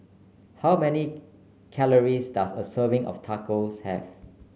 how many calories does a serving of Tacos have